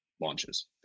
launches